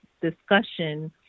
discussion